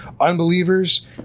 unbelievers